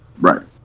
Right